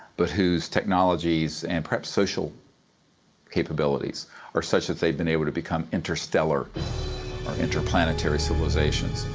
but whose technologies and perhaps social capabilities are such that they have been able to become interstellar or interplanetary civilizations.